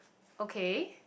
okay